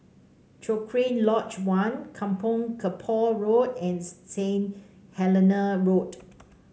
Cochrane Lodge One Kampong Kapor Road and Saint Helena Road